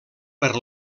per